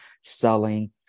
selling